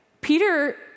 Peter